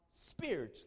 spiritually